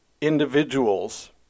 individuals